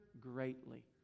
greatly